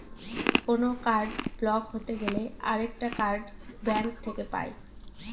কোনো card block হতে গেলে আরেকটা কার্ড ব্যাঙ্ক থেকে পাই